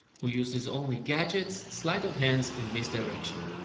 who uses only gadgets, sleight of hands, and misdirection.